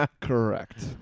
Correct